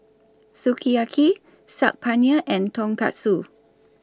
Sukiyaki Saag Paneer and Tonkatsu